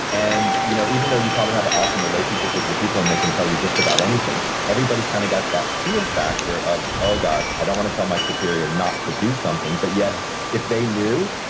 and you know even though you probably have an awesome relationship with your people and they can tell you just about anything everybody has kind of got that fear factor of, oh gosh, i don't want to tell my superior not to do something. but yet yeah if they knew,